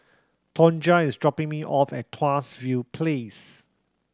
Tonja is dropping me off at Tuas View Place